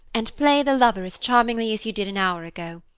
and play the lover as charmingly as you did an hour ago.